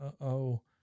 uh-oh